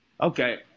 Okay